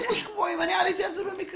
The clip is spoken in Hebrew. מה אני מנסה לומר